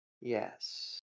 Yes